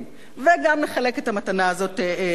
וגם נחלק את המתנה הזאת לחברות.